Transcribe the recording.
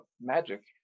magic